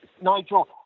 Nigel